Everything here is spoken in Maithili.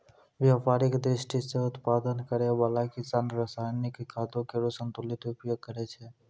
व्यापारिक दृष्टि सें उत्पादन करै वाला किसान रासायनिक खादो केरो संतुलित उपयोग करै छै